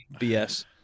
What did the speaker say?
BS